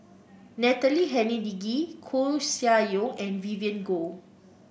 Natalie Hennedige Koeh Sia Yong and Vivien Goh